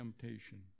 temptation